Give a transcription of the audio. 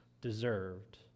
deserved